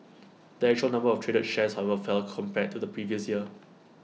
the actual number of traded shares however fell compared to the previous year